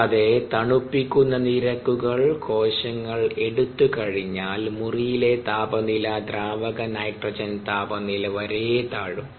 കൂടാതെ തണുപ്പിക്കുന്ന നിരക്കുകൾ കോശങ്ങൾ എടുത്തു കഴിഞ്ഞാൽ മുറിയിലെ താപനില ദ്രാവക നൈട്രജൻ താപനില വരെ താഴും